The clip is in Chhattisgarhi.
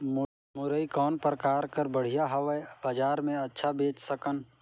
मुरई कौन प्रकार कर बढ़िया हवय? बजार मे अच्छा बेच सकन